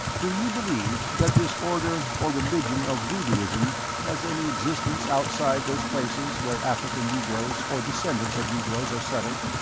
do you believe that this order or religion of voodooism has any existence outside those places where african negroes or descendents of negroes are settled?